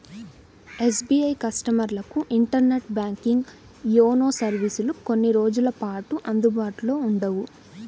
SBI కస్టమర్లకు internet banking, YONO సర్వీసులు కొన్ని రోజుల పాటు అందుబాటులో ఉండవు